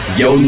yo